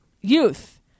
youth